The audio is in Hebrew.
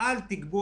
תודה רבה.